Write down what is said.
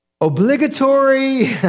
obligatory